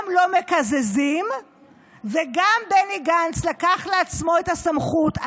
גם לא מקזזים וגם בני גנץ לקח לעצמו את הסמכות,